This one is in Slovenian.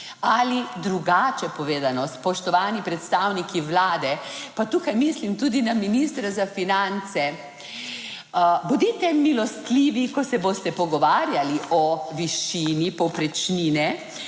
Ali drugače povedano, spoštovani predstavniki Vlade, pa tukaj mislim tudi na ministra za finance, bodite milostljivi, ko se boste pogovarjali o višini povprečnine,